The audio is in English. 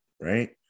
right